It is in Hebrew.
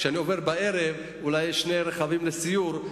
כשאני עובר בערב אולי יש שני רכבים לסיור,